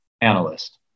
analyst